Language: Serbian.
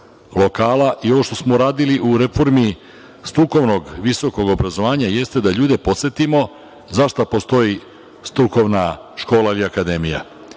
lokala. Ovo što smo radili u reformi strukovnog visokog obrazovanja jeste da ljude podsetimo za šta postoji strukovna škola ili akademija,